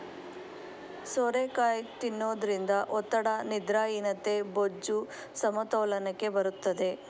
ಸೋರೆಕಾಯಿ ತಿನ್ನೋದ್ರಿಂದ ಒತ್ತಡ, ನಿದ್ರಾಹೀನತೆ, ಬೊಜ್ಜು, ಸಮತೋಲನಕ್ಕೆ ಬರುತ್ತದೆ